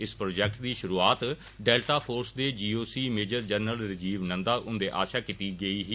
इस प्रोजेक्ट दी शुरूआत डेल्टा फोर्स दे GOC major general Rajiv Nanda हुंदे आस्सेआ कीती गेई ही